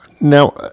Now